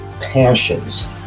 passions